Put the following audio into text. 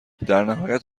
درنهایت